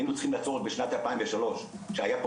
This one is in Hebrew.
היינו צריכים לעצור עוד בשנת 2003 שהיה פה